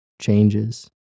changes